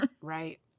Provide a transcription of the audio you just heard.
Right